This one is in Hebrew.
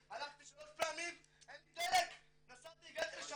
הלכתי שלוש פעמים, אין לי דלק, נסעתי הגעתי לשם